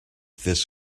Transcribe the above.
this